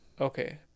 Okay